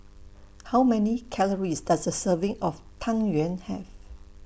How Many Calories Does A Serving of Tang Yuen Have